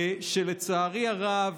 ולצערי הרב